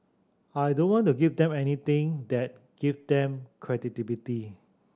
I don't want to give them anything that give them credibility